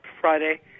Friday